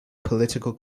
political